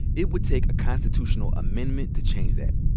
it would take a constitutional amendment to change that.